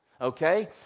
Okay